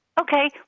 Okay